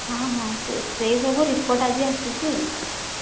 ହଁ ହଁ ସେଇ ସବୁ ରିପୋର୍ଟ ଆଜି ଆସିଛି